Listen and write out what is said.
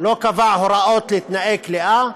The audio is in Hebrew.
לא קבע הוראות לתנאי כליאה,